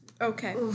Okay